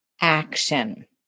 action